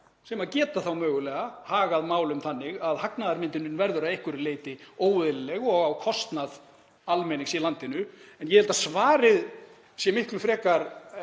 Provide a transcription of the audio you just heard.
sem geta þá mögulega hagað málum þannig að hagnaðarmyndunin verður að einhverju leyti óeðlileg og á kostnað almennings í landinu. En ég held að svarið sé miklu frekar